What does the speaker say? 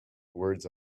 words